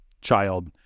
child